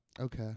Okay